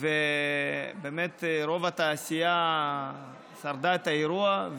ובאמת רוב התעשייה שרדה את האירוע.